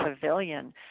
pavilion